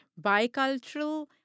bicultural